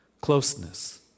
closeness